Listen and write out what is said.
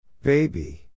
Baby